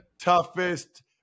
toughest